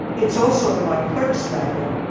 it's also in my clerks' manual,